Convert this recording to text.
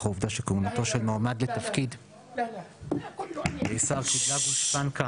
אך העובדה שכהונתו של מועמד לתפקיד לשר קיבלה גושפנקה